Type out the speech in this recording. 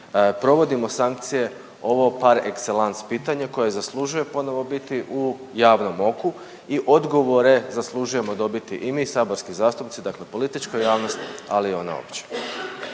provodimo sankcije ovo par excellence pitanje koje zaslužuje ponovo biti u javnom oku i odgovore zaslužujemo dobiti i mi saborski zastupnici, dakle politička javnost, ali i ona opća.